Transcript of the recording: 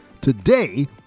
Today